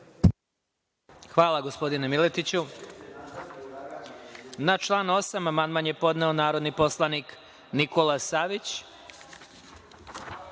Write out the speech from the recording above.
Hvala, gospodine Miletiću. Na član 8. amandman je podneo narodni poslanik Nikola Savić. Na